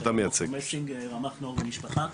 שלום, עופר מסינג, רמ"ח נוער ומשפחה.